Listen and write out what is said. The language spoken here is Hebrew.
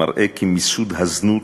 מראה כי מיסוד הזנות